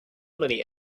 many